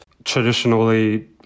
Traditionally